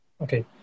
Okay